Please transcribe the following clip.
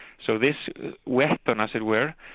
so this weapon, as it were,